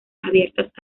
abiertas